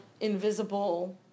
invisible